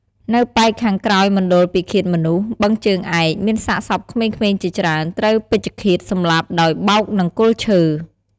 នៅប៉ែកខាងក្រោយមណ្ឌលពិឃាតមនុស្ស បឹងជើងឯក មានសាកសពក្មេងៗជាច្រើន ត្រូវពេជ្ឈឃាតសម្លាប់ដោយបោកនឹងគល់ឈើ